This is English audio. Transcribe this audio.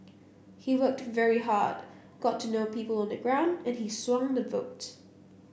he worked very hard got to know people on the ground and he swung the vote